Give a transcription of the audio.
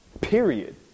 period